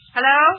Hello